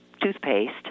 toothpaste